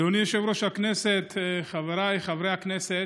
אדוני יושב-ראש הכנסת, חבריי חברי הכנסת,